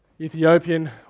Ethiopian